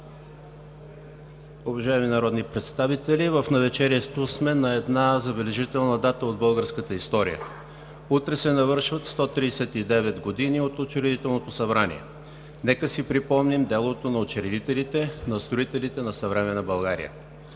Уважаеми народни представители! В навечерието сме на една забележителна дата от българската история. Утре се навършват 139 години от Учредителното събрание. Нека си припомним делото на учредителите, на строителите на съвременна България.